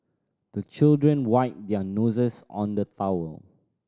the children wipe their noses on the towel